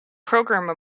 programmer